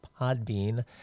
podbean